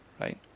Right